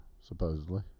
supposedly